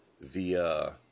via